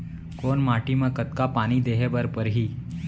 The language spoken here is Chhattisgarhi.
कोन माटी म कतका पानी देहे बर परहि?